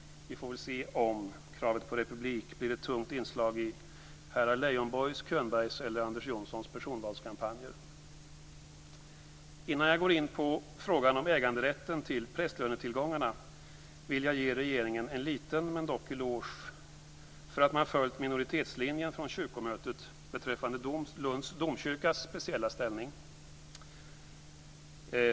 Vi får väl se om kravet på republik blir ett tungt inslag i herrar Leijonborgs, Könbergs eller Johnsons personvalskampanjer. Innan jag går in på frågan om äganderätten till prästlönetillgångarna vill jag ge regeringen en liten men dock eloge för att man följt minoritetslinjen från kyrkomötet beträffande Lunds domkyrkas speciella ställning.